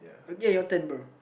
okay your turn bro